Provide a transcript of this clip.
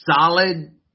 solid